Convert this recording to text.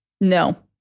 No